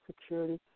Security